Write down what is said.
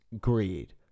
greed